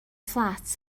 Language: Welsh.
fflat